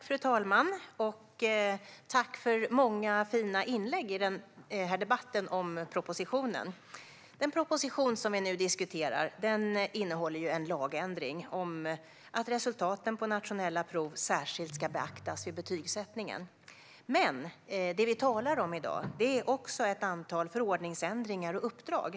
Fru talman! Jag vill tacka för många fina inlägg i den här debatten om propositionen. Den proposition som vi nu diskuterar innehåller ett förslag på en lagändring om att resultaten på nationella prov särskilt ska beaktas vid betygsättningen. Men vi talar också om ett antal förordningsändringar och uppdrag.